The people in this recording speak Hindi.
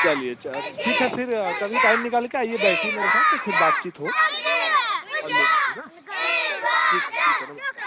चलिए ठीक है फिर कभी टाइम निकाल के आइए बैठिए मेरे साथ तो फिर बातचीत हो और ले लीजिएगा ठीक है ठीक है नमस्कार